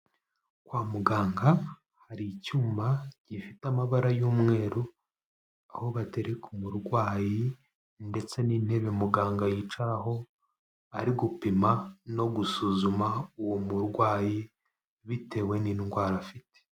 Kwa muganga hari icyuma gifite amabara y'umweru, aho batereka umurwayi ndetse n'intebe muganga yicaraho ari gupima no gusuzuma uwo murwayi, bitewe n'indwara afite.